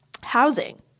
housing